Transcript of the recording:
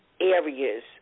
areas